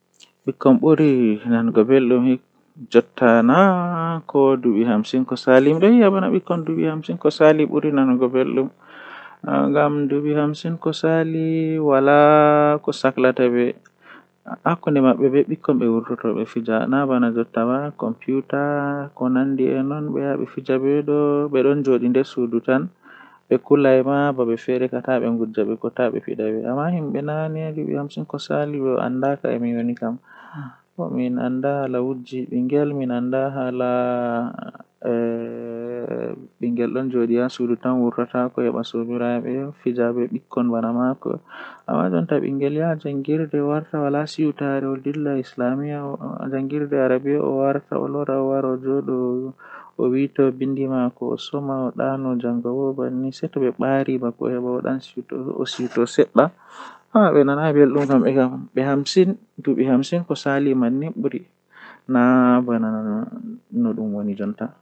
Haa nyalande midon yaaba nde temmere soo haa asaweere to hawri fuu nangan midon yaaba temerre jweedidi.